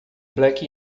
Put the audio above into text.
black